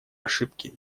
ошибки